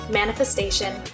manifestation